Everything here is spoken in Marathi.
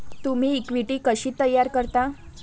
तुम्ही इक्विटी कशी तयार करता?